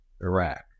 Iraq